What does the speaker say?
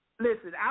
Listen